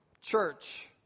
Church